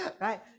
right